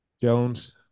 Jones